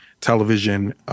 television